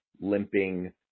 limping